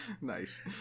Nice